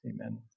Amen